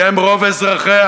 שהם רוב אזרחיה,